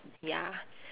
ya